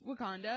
Wakanda